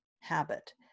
habit